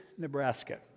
Nebraska